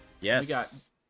Yes